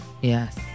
Yes